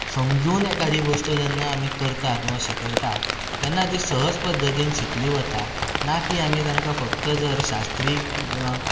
समजून जेन्ना एखादी गोश्ट आमी करतात किंवा शिकयता तेन्ना ती सहज पद्दतीन शिकली वता ना की आमी तांकां फकत जर शास्त्रीय किंवा